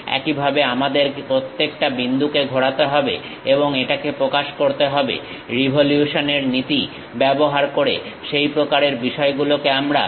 একইভাবে আমাদের প্রত্যেকটা বিন্দুকে ঘোরাতে হবে এবং এটাকে প্রকাশ করতে হবে রিভলিউশন এর নীতি ব্যবহার করে সেই প্রকারের বিষয়গুলোকে আমরা অ্যালাইন্ড সেকশন বলি